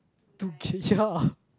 two K ya